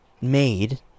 made